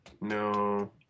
No